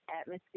atmosphere